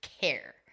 care